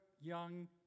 young